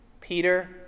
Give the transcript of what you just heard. peter